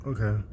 Okay